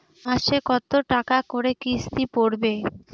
মাসে কত টাকা করে কিস্তি পড়বে?